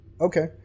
Okay